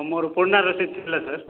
ମୋର ପୁରୁଣା ରସିଦ୍ ଥିଲା ସାର୍